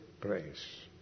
praise